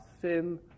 sin